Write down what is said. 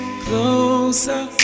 closer